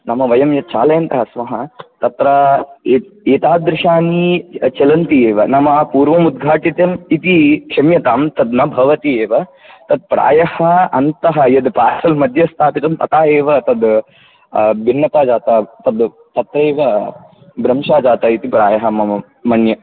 नाम वयं यत् चालयन्तः स्मः तत्र एतादृशानि चलन्ति एव नाम पूर्वमुद्घाटितम् इति क्षम्यतां तत् न भवति एव तत् प्रायः अन्तः यद् पार्सल् मध्ये स्थापितं तथा एव तत् भिन्नता जाता तद् तत्रैव भ्रंशः जाता इति प्रायः मम मन्ये